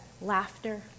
laughter